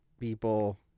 people